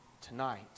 tonight